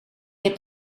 heb